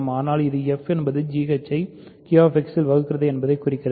ஆனால் இது f என்பது gh ஐ QX ல் வகுக்கிறது என்பதைக் குறிக்கிறது